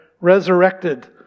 resurrected